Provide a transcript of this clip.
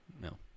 No